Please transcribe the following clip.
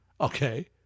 Okay